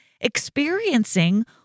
experiencing